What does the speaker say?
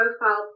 profile